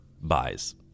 buys